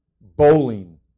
bowling